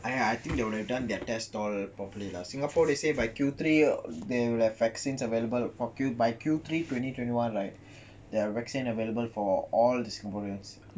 !aiya! I think they would have done their test all properly lah singapore they say by Q three there are vaccines available for you by Q three twenty twenty one like there are vaccine available for all the singaporeans